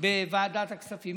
בוועדת הכספים.